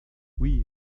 oui